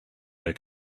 air